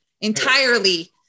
entirely